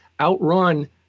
outrun